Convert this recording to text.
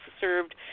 served